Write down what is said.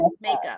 makeup